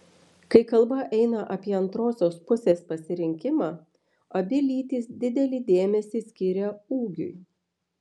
kai kalba eina apie antrosios pusės pasirinkimą abi lytys didelį dėmesį skiria ūgiui